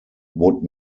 would